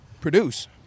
produce